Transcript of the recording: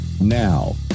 now